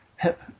hip